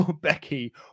Becky